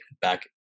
back